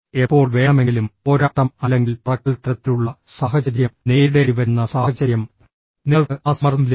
എപ്പോൾ വേണമെങ്കിലും പോരാട്ടം അല്ലെങ്കിൽ പറക്കൽ തരത്തിലുള്ള സാഹചര്യം നേരിടേണ്ടിവരുന്ന സാഹചര്യം നിങ്ങൾക്ക് ആ സമ്മർദ്ദം ലഭിക്കുന്നു